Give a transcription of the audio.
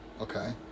Okay